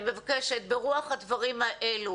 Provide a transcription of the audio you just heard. אני מבקשת ברוח הדברים האלו.